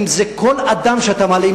אם זה כל אדם שאתה מעלה,